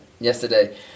yesterday